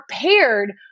prepared